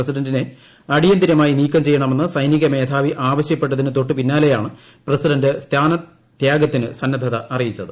പ്രസിഡന്റിനെ അടിയന്തിരമായി നീക്കം ചെയ്യണമെന്ന് സൈനിക മേധാവി ആവശ്യപ്പെട്ടതിന് തൊട്ടുപിന്നാലെയാണ് പ്രസിഡന്റ് സ്ഥാനത്യാഗത്തിന് സന്നദ്ധത അറിയിച്ചത്